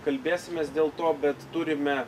kalbėsimės dėl to bet turime